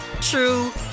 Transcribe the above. true